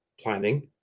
planning